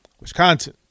Wisconsin